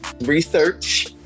research